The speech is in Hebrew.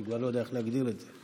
אני כבר לא יודע איך להגדיר את זה.